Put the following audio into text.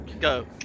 Go